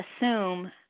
assume